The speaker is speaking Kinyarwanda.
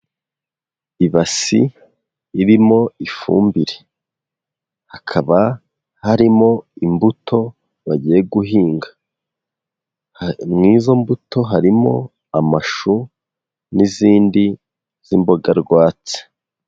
Ibasi irimo ifumbire, hakaba harimo imbuto bagiye guhinga, muri izo mbuto harimo amashu n'izindi z'imboga rwatsi.